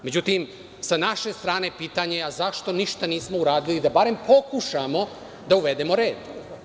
Međutim, sa naše strane je pitanje – a, zašto ništa nismo uradili, da barem pokušamo da uvedemo red?